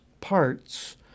parts